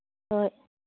ꯍꯣꯏ